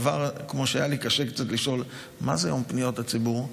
כמו שהיה לי קשה קצת לשאול מה זה יום פניות הציבור,